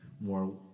more